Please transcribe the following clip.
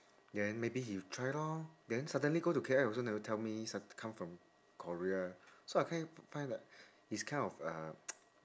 then maybe he try lor then suddenly go to K_L also never tell me su~ come from korea so I kind find that he's kind of uh